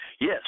Yes